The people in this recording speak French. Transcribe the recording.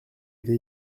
été